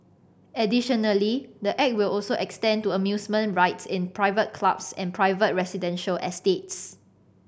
additionally the act will also extend to amusement rides in private clubs and private residential estates